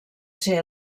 ser